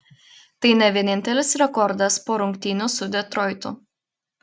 tai ne vienintelis rekordas po rungtynių su detroitu